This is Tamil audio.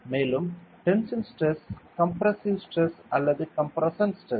மேலும் டென்சில் ஸ்டிரஸ் கம்ப்ரசிவ் ஸ்ட்ரெஸ் அல்லது கம்ப்ரஷன் ஸ்ட்ரெஸ்